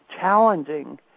challenging